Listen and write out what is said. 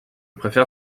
préfère